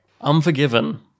Unforgiven